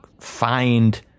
find